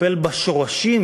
לטפל בשורשים